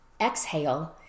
exhale